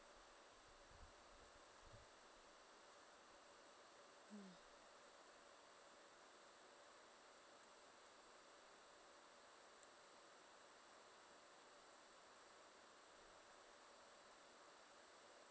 mm